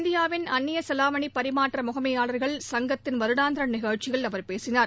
இந்தியாவின் அந்நிய செலாவணி பரிமாற்ற முகமையாளர்கள் சங்கத்தின் வருடர்ந்திர நிகழ்ச்சியில் அவர் பேசினார்